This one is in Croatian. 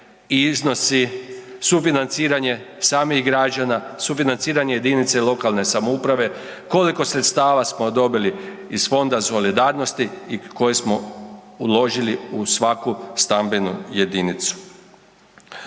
iznosi, sufinanciranje samih građana, sufinanciranje jedinice lokalne samouprave, koliko sredstava smo dobili iz fonda solidarnosti i koje smo uložili u svaku stambenu jedinicu.